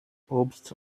obst